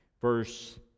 Verse